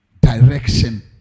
direction